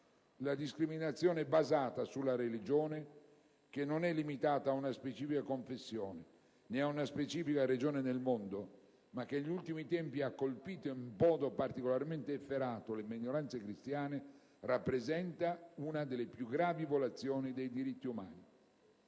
La discriminazione basata sulla religione (che non è limitata ad una specifica confessione né ad una specifica regione del mondo, ma che negli ultimi tempi ha colpito in modo particolarmente efferato le minoranze cristiane) rappresenta una delle più gravi violazioni dei diritti umani.